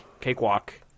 Cakewalk